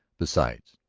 besides,